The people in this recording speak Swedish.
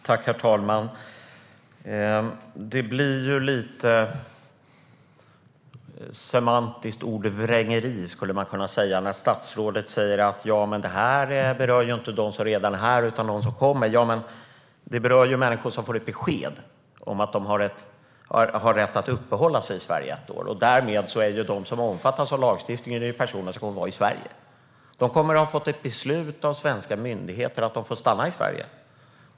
Herr talman! Det blir lite semantiskt ordvrängeri när statsrådet säger att lagstiftningen inte berör dem som redan är här utan de som ska komma hit. Men den berör människor som får ett besked att de har rätt att uppehålla sig i Sverige i ett år. Därmed är de som omfattas av lagstiftningen personer som kommer att vara i Sverige. De kommer att ha fått ett beslut av svenska myndigheter att de får stanna i Sverige.